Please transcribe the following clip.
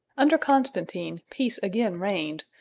under constantine peace again reigned,